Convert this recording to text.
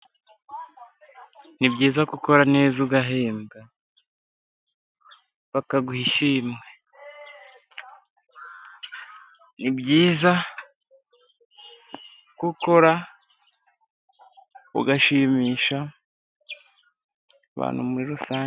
Ni byiza ko ukora neza ugahembwa bakaguha ishimwe. Ni byiza ko ukora ugashimisha abantu muri rusange.